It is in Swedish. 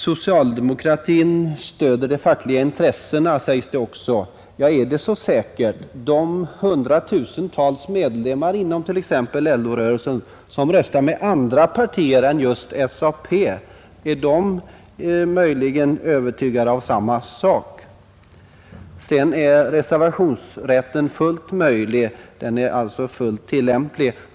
Socialdemokratin stöder de fackliga intressena, sägs det också. Är det så säkert? Är de 100 000-tals medlemmar inom t.ex. LO-rörelsen som röstar med andra partier än just SAP möjligen övertygade om samma sak? Sedan påstods det att reservationsrätten var fullt möjlig och fullt tillämplig.